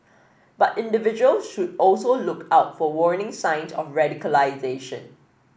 but individual should also look out for warning signed of radicalisation